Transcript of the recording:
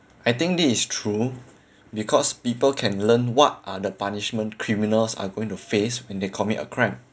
I think this is true because people can learn what are the punishment criminals are going to face when they commit a crime